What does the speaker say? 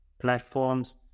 platforms